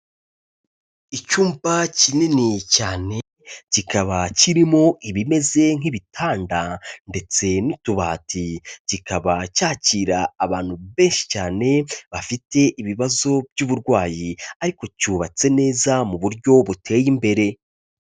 Icyumba kinini cyane, kikaba kirimo ibimeze nk'ibitanda ndetse n'utubati, kikaba cyakira abantu benshi cyane bafite ibibazo by'uburwayi ariko cyubatse neza mu buryo buteye imbere.